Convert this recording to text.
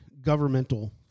governmental